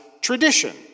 tradition